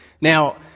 Now